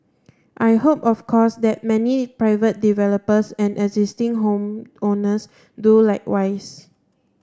I hope of course that many private developers and existing home owners do likewise